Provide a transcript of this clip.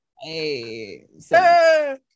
hey